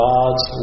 God's